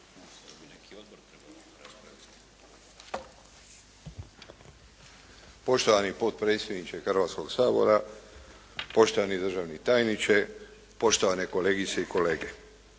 Poštovani potpredsjedniče Hrvatskog sabora, poštovani državni tajniče, poštovane kolegice i kolege.